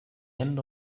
end